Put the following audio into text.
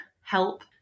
help